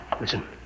Listen